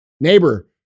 neighbor